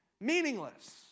meaningless